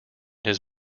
his